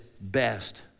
best